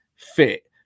Fit